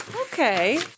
Okay